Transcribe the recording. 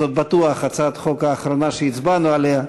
זאת בטוח הצעת החוק האחרונה שהצבענו עליה,